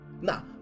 now